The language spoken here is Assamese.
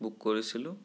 বুক কৰিছিলোঁ